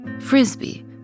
Frisbee